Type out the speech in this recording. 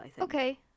Okay